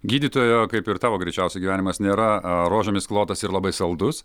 gydytojo kaip ir tavo greičiausiai gyvenimas nėra rožėmis klotas ir labai saldus